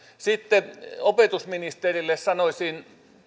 sitten opetusministerille sanoisin